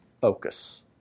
focus